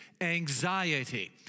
anxiety